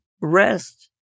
rest